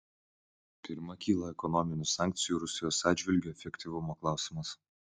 pirma kyla ekonominių sankcijų rusijos atžvilgiu efektyvumo klausimas